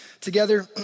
together